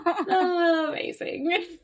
Amazing